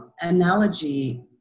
analogy